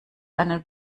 einen